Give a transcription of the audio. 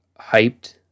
hyped